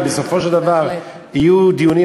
כי בסופו של דבר יהיו דיונים,